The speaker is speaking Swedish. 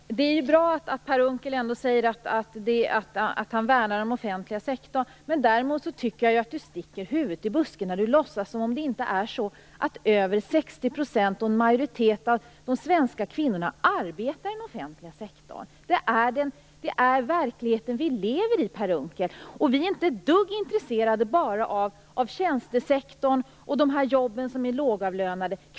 Fru talman! Det är ju bra att Per Unckel säger att han värnar om den offentliga sektorn. Däremot tycker jag att Per Unckel sticker huvudet i busken när han låtsas som om det inte är så att en majoritet, över 60 %, av de svenska kvinnorna arbetar i den offentliga sektorn. Det är den verklighet vi lever i, Per Unckel. Vi är inte bara intresserade av tjänstesektorn och de här lågavlönade jobben.